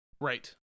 Right